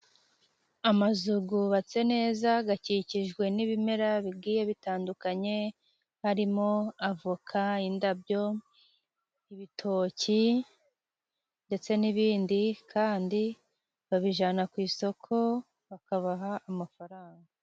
Amazu yubatse neza yakikijwe n'ibimera bigiye bitandukanye, harimo: avoka, indabyo, ibitoki, ndetse n'ibindi. Kandi babijyana ku isoko bakabaha amafaranga.